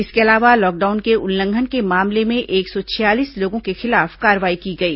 इसके अलावा लॉकडाउन के उल्लंघन के मामले में एक सौ छियालीस लोगों के खिलाफ कार्रवाई की गई